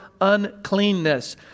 uncleanness